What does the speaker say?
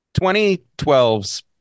2012's